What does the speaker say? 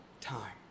time